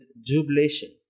jubilation